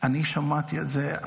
אני שמעתי את זה,